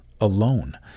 alone